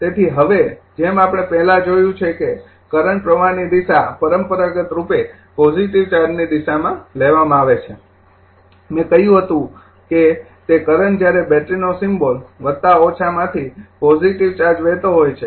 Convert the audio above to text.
તેથી હવે જેમ આપણે પહેલા જોયું છે કે કરંટ પ્રવાહની દિશા પરંપરાગત રૂપે પોજિટિવ ચાર્જ ની દિશામાં લેવામાં આવે છે મેં કહ્યું હતું કે તે કરંટ જ્યારે બેટરીનો સિમ્બોલ માંથી પોજિટિવ ચાર્જ વહેતો હોય છે